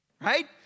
right